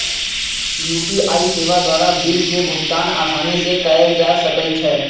UPI सेवा द्वारा bill के भुगतान असानी से कएल जा सकइ छै